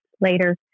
later